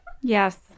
Yes